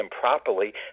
properly